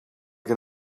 can